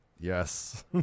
yes